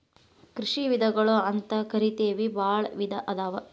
ಕೃಷಿ ವಿಧಗಳು ಅಂತಕರಿತೆವಿ ಬಾಳ ವಿಧಾ ಅದಾವ